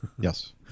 Yes